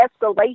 escalation